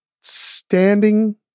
standing